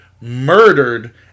murdered